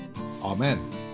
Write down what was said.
Amen